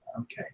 Okay